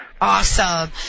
Awesome